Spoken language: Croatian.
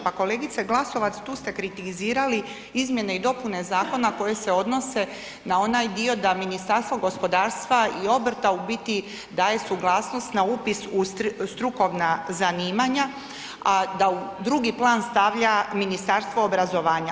Pa kolegice Glasovac tu ste kritizirali izmjene i dopune zakona koje se odnose na onaj dio da Ministarstvo gospodarstva i obrta u biti daje suglasnost na upis u strukovna zanimanja, a da u drugi plan stavlja Ministarstvo obrazovanja.